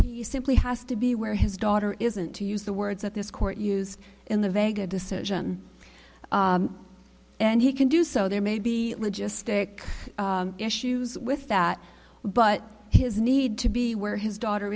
you simply has to be where his daughter isn't to use the words that this court used in the vega decision and he can do so there may be logistic issues with that but his need to be where his daughter